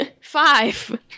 Five